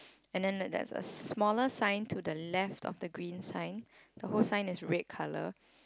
and then there there's a smaller sign to the left of the green sign the whole sign is red colour